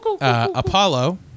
Apollo